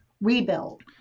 rebuild